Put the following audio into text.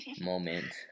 moment